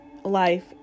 life